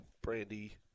Brandy